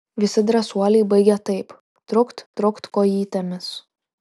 visi drąsuoliai baigia taip trukt trukt kojytėmis